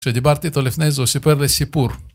כשדיברתי איתו לפני זה סיפר לי סיפור